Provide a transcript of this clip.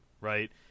right